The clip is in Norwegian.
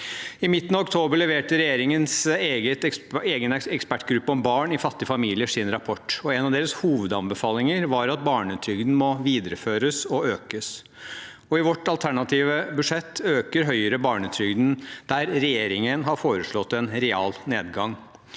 I midten av oktober leverte regjeringens egen ekspertgruppe om barn i fattige familier sin rapport. En av deres hovedanbefalinger var at barnetrygden må videreføres og økes. I vårt alternative statsbudsjett øker vi barnetrygden, der regjeringen har foreslått en realnedgang.